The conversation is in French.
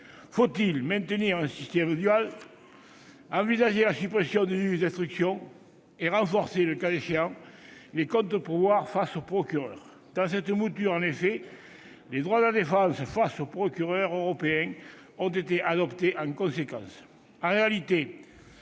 Faut-il maintenir un système dual ? Envisager la suppression du juge d'instruction ? Et renforcer, le cas échéant, les contre-pouvoirs face au procureur ? Dans cette mouture en effet, les droits de la défense face au procureur européen ont été adaptés en conséquence.